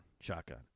shotgun